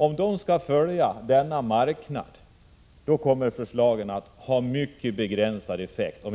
Om den skall följa marknaden och inte strida emot kapitalismens utvecklingslagar, då kommer den att ha mycket begränsad effekt, Bo